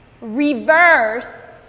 Reverse